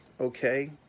okay